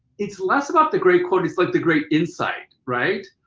it's less about the great quote, it's like the great insight, right.